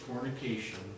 fornication